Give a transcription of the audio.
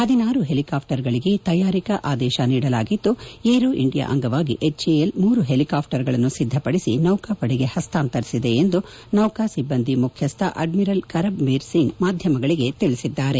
ಪದಿನಾರು ಹೆಲಿಕಾಪ್ಸರ್ಗಳಿಗೆ ತಯಾರಿಕಾ ಆದೇಶ ನೀಡಲಾಗಿದ್ದು ಏರೋ ಇಂಡಿಯಾ ಅಂಗವಾಗಿ ಎಚ್ಎಎಲ್ ಮೂರು ಪೆಲಿಕಾಪ್ಟರ್ಗಳನ್ನು ಸಿದ್ದಪಡಿಸಿ ನೌಕಾಪಡೆಗೆ ಪಸ್ತಾಂತರಿಸಿದೆ ಎಂದು ನೌಕಾ ಸಿಬ್ಬಂದಿ ಮುಖ್ಯಸ್ವ ಅಡ್ನಿರಲ್ ಕರಮ್ ಬೀರ್ ಸಿಂಗ್ ಮಾಧ್ಯಮಗಳಿಗೆ ತಿಳಿಸಿದ್ದಾರೆ